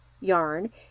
yarn